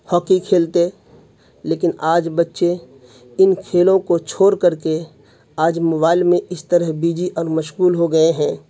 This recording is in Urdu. ہاکی کھیلتے لیکن آج بچے ان کھیلوں کو چھوڑ کر کے آج موبائل میں اس طرح بیجی اور مشغول ہو گئے ہیں